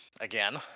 again